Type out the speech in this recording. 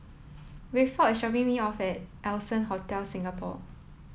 Rayford is dropping me off at Allson Hotel Singapore